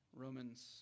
Romans